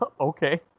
Okay